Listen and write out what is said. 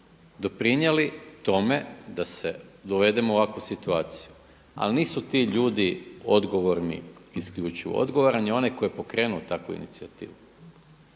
doprinijeli tome da se dovedemo u ovakvu situaciju. Ali nisu ti ljudi odgovorni isključivo, odgovoran je onaj tko je pokrenuo takvu inicijativu.